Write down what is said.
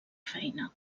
feina